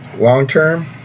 long-term